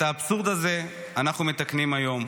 את האבסורד הזה אנחנו מתקנים היום.